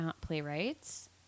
playwrights